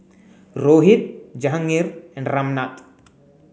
Rohit Jehangirr and Ramnath